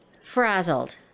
frazzled